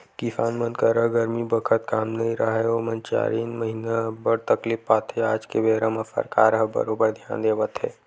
किसान मन करा गरमी बखत काम नइ राहय ओमन चारिन महिना अब्बड़ तकलीफ पाथे आज के बेरा म सरकार ह बरोबर धियान देवत हे